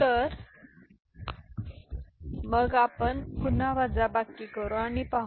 तर मग आपण पुन्हा वजाबाकी करू आणि पाहू